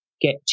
get